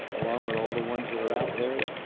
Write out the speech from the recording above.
along with all the ones that are out there.